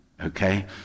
okay